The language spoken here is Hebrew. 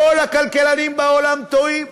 כל הכלכלנים בעולם טועים?